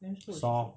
primary school is it